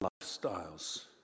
lifestyles